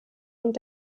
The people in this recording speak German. und